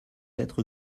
être